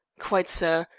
quite, sir.